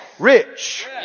Rich